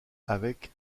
avec